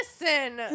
Listen